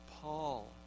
Paul